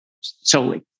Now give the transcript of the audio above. solely